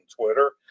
Twitter